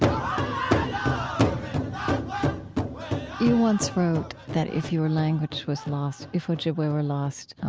um you once wrote that, if your language was lost, if ojibwe were lost,